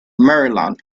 maryland